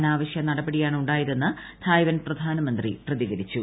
അനാവശ്യ നടപടിയാണ് ഉണ്ടായതെന്ന് തായ് വാൻ പ്രധാനമന്ത്രി പ്രതികരിച്ചു